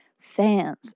fans